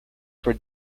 for